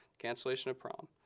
cancellation of prom.